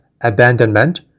abandonment